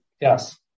Yes